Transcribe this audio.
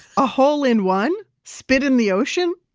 a hole in one, spit in the ocean.